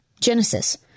Genesis